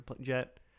jet